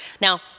Now